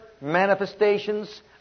manifestations